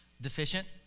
deficient